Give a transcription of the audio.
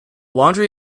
laundry